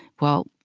well,